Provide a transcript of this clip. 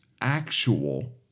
actual